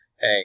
Hey